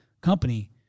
company